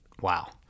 Wow